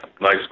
Nice